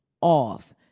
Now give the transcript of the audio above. off